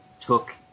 took